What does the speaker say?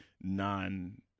non